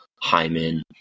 Hyman